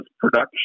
production